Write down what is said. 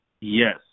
Yes